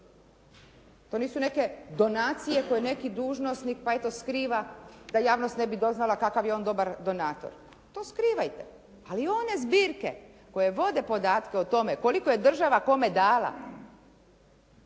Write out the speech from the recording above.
To nisu neke donacije koje neki dužnosnik pa eto skriva da javnost ne bi doznala kakav je on dobar donator. To skrivajte, ali one zbirke koje vode podatke o tome koliko je država kome dala